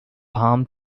palm